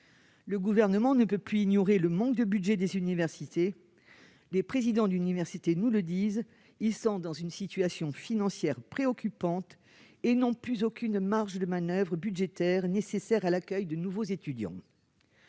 Le Gouvernement ne peut plus ignorer le manque de budget des universités. Les présidents d'université nous le disent : ils sont dans une situation financière préoccupante et n'ont plus aucune marge de manoeuvre budgétaire, pourtant nécessaire pour l'accueil de nouveaux étudiants.